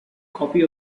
copy